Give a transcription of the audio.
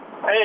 Hey